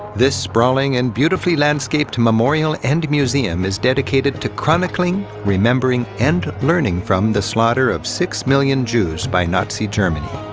this sprawling and beautifully landscaped memorial and museum is dedicated to chronicling, remembering, and learning from the slaughter of six million jews by nazi germany.